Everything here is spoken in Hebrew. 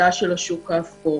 איימן.